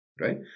right